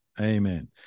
Amen